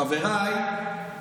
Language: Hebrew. חבריי,